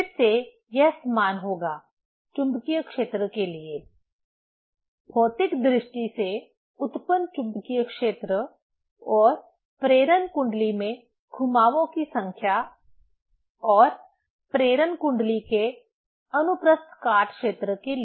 फिर से यह समान होगा चुंबकीय क्षेत्र के लिए भौतिक दृष्टि से उत्पन्न चुंबकीय क्षेत्र और प्रेरण कुंडली में घुमावों की संख्या और प्रेरण कुंडली के अनुप्रस्थ काट क्षेत्र के लिए